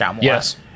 Yes